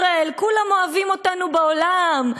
Israel" כולם אוהבים אותנו בעולם.